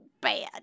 Bad